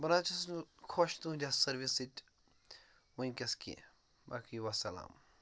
بہٕ نہ حظ چھس نہٕ خۄش تُہنٛدِ یتھ سٔروِس سۭتۍ وٕنکیٮٚس کیٚنٛہہ باقٕے وَسلام